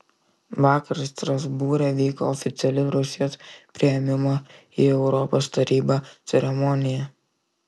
vakar strasbūre vyko oficiali rusijos priėmimo į europos tarybą ceremonija